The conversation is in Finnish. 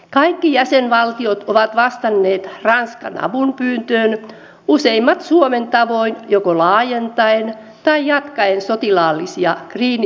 kaikki jäsenvaltiot ovat vastanneet ranskan avunpyyntöön useimmat suomen tavoin joko laajentaen tai jatkaen sotilaallisia kriisinhallintatoimiaan